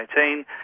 2018